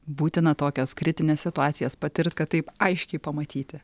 būtina tokias kritines situacijas patirt kad taip aiškiai pamatyti